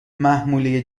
محموله